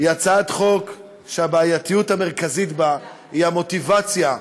היא הצעת חוק שהבעייתיות המרכזית בה היא המוטיבציה,